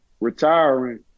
retiring